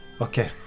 Okay